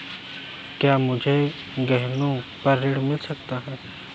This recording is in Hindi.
क्या मुझे गहनों पर ऋण मिल सकता है?